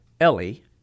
Ellie